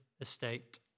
estate